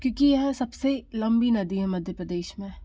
क्योंकि यह सबसे लंबी नदी हैं मध्य प्रदेश में